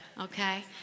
okay